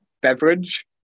beverage